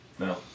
No